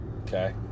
okay